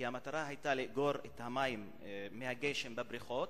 כי המטרה היתה לאגור את מי הגשם בבריכות